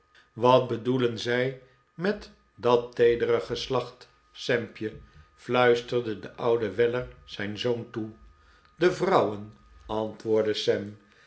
wat bedoelen zij met dat teedere geslacht sampje fluisterde de oude weller zijn zoon toe de vrouwen antwoordde